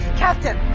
captain,